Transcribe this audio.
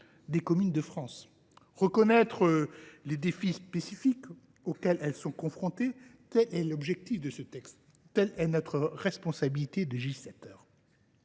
des communes de France. Reconnaître les défis spécifiques auxquels elles sont confrontées, tel est l’objectif de ce texte, telle est notre responsabilité de législateur.